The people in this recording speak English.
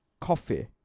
coffee